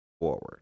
forward